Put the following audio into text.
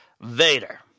Vader